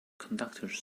conductors